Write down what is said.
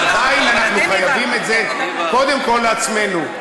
עדיין אנחנו חייבים את זה קודם כול לעצמנו,